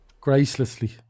gracelessly